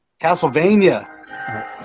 Castlevania